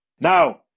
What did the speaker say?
Now